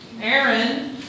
Aaron